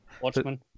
Watchmen